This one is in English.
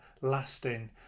lasting